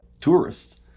tourists